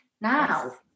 now